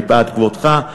מפאת כבודך,